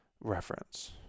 reference